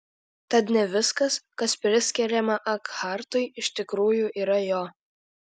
tad ne viskas kas priskiriama ekhartui iš tikrųjų yra jo